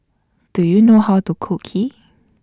Do YOU know How to Cook Kheer